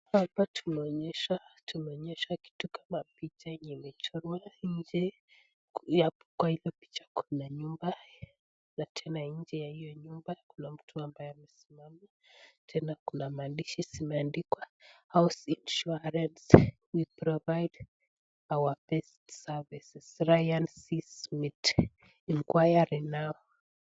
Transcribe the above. Hapa tunaonyeshwa, kitu kama picha yenye imechora, nje ya hiyo picha kuna nyumba, na tena nyuma ya hiyo nyumba kuna mtu ambaye amesimama, tena kuna maandishi zimeandikwa House insurance we provide our best services client inquiry now